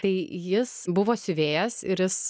tai jis buvo siuvėjas ir jis